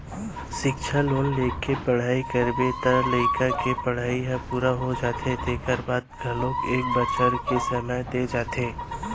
सिक्छा लोन लेके पढ़ई करबे त लइका के पड़हई ह पूरा हो जाथे तेखर बाद घलोक एक बछर के समे दे जाथे